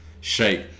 shake